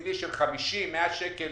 סמלי של 50, 100 שקלים